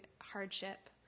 hardship